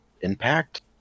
impact